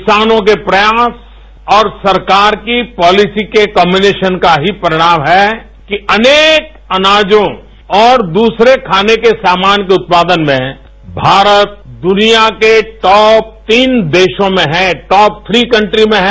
किसानों के प्रयास और सरकार की पॉलिसी के कॉम्बिनेशन का ही परिणाम है कि अनेक अनाजों और दूसरे खाने के सामान के उत्पादन में भारत दुनिया के टॉप तीन देशों में हैं टॉप थ्री कन्ट्री में हैं